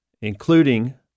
including